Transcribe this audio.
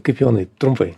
kaip jonai trumpai